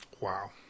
wow